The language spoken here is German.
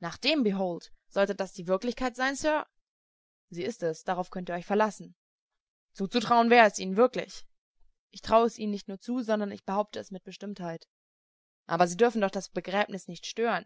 nach dem behold sollte das die wirklichkeit sein sir sie ist es darauf könnt ihr euch verlassen zuzutrauen wäre es ihnen wirklich ich traue es ihnen nicht nur zu sondern ich behaupte es mit bestimmtheit aber sie dürfen doch das begräbnis nicht stören